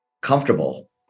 comfortable